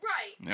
Right